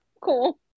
cool